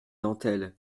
dentelles